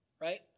right